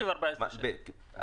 בכ-14 שקלים.